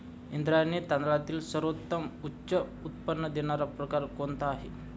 इंद्रायणी तांदळातील सर्वोत्तम उच्च उत्पन्न देणारा प्रकार कोणता आहे?